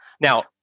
Now